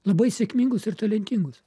labai sėkmingus ir talentingus